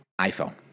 iPhone